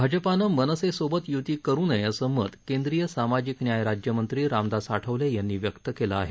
भाजपानं मनसे सोबत यृती करु नये असं मत केंद्रीय सामाजिक न्याय राज्यमंत्री रामदास आठवले यांनी व्यक्त केलं आहे